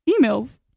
emails